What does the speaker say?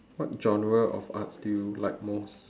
what genre of arts do you like most